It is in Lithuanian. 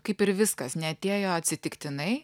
kaip ir viskas neatėjo atsitiktinai